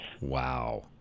Wow